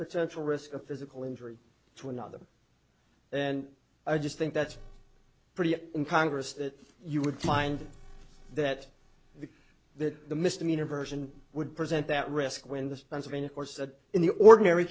potential risk of physical injury to another and i just think that's pretty in congress that you would find that that the misdemeanor version would present that risk when this pennsylvania course that in the ordinary